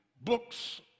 books